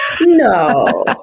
no